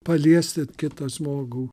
paliesti kitą žmogų